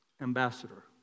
ambassador